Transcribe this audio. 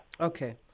okay